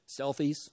selfies